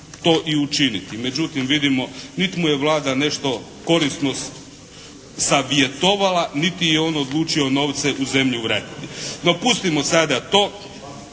to i učiniti, međutim vidimo niti mu je Vlada nešto korisno savjetovala, niti je on odlučio novce u zemlju vratiti. No, pustimo sada to.